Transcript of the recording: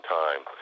time